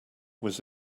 was